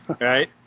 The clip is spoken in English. right